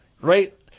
right